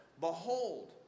Behold